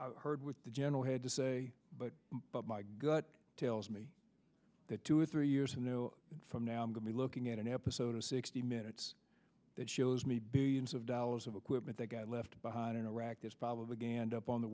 i heard with the general had to say but but my gut tells me that two or three years in no from now i'm gonna be looking at an episode of sixty minutes that shows me billions of dollars of equipment that got left behind in iraq is probably good and up on the